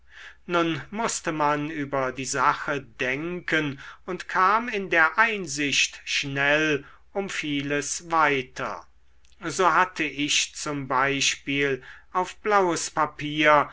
nun mußte man über die sache denken und kam in der einsicht schnell um vieles weiter so hatte ich z b auf blaues papier